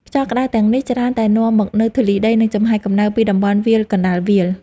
ខ្យល់ក្ដៅទាំងនេះច្រើនតែនាំមកនូវធូលីដី និងចំហាយកម្ដៅពីតំបន់វាលកណ្ដាលវាល។